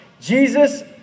Jesus